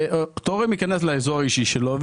שתורם ייכנס לאזור האישי שלו,